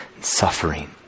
suffering